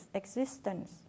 existence